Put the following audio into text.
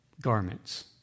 garments